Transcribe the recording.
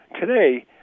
today